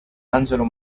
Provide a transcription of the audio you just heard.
angelo